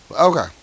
Okay